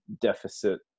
deficit